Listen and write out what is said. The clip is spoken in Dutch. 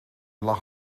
lag